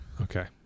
Okay